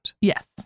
Yes